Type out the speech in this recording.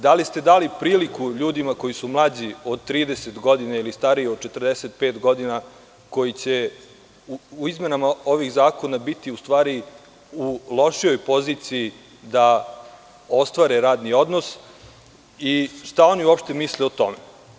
Da li ste dali priliku ljudima koji su mlađi od 30 ili stariji od 45 godina, koji će u izmenama ovih zakona biti u lošijoj poziciji da ostvare radni odnos i šta oni misle o tome?